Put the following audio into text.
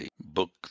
book